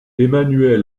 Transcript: emmanuel